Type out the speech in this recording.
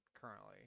Currently